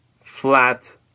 flat